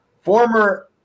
Former –